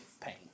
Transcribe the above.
pain